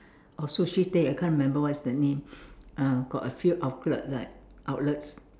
or sushi Tei I can't remember what's the name uh got a few outlet right outlets